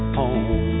home